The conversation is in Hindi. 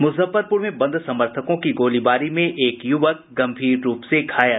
मुजफ्फरपुर में बंद समर्थकों की गोलीबारी में एक यूवक गम्भीर रूप से घायल